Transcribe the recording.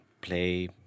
play